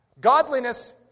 Godliness